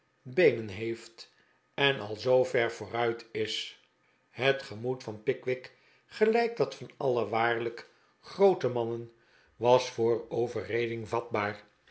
beenen heeft en al zoo ver vooruit is het gemoed van pickwick gelijk dat van alle waarlijk groote mannen was voor overreding vatbaar